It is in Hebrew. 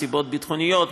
מסיבות ביטחוניות,